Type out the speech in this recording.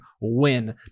win